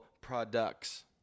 products